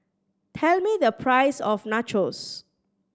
tell me the price of Nachos